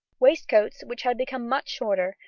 waistcoats, which had become much shorter,